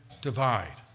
divide